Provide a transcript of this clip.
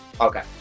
okay